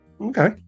okay